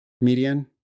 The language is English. median